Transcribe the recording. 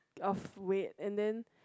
of weight and then